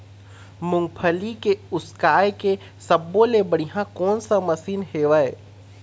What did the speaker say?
मूंगफली के उसकाय के सब्बो ले बढ़िया कोन सा मशीन हेवय?